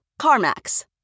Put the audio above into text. CarMax